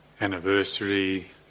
anniversary